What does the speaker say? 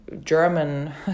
German